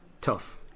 tough